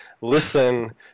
listen